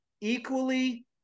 equally